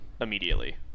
immediately